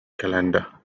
calendar